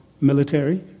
military